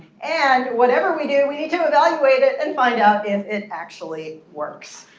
and whatever we do, we need to evaluate it and find out if it actually works.